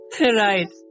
Right